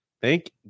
Thank